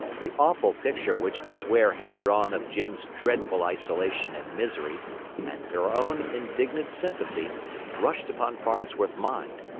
the awful picture which miss ware had drawn of jim's dreadful isolation and misery and her own indignant sympathy rushed upon farnsworth's mind,